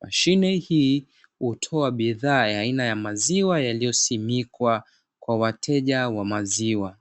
mashine hii hutoa bidhaa ya aina maziwa yaliyosimikwa kwa wateja wa maziwa.